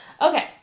Okay